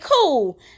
cool